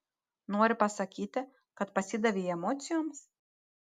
nori pasakyti kad pasidavei emocijoms